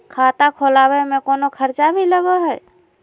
खाता खोलावे में कौनो खर्चा भी लगो है?